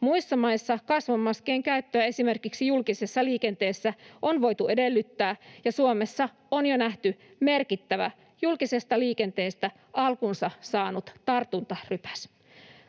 Muissa maissa kasvomaskien käyttöä esimerkiksi julkisessa liikenteessä on voitu edellyttää, ja Suomessa on jo nähty merkittävä julkisesta liikenteestä alkunsa saanut tartuntarypäs.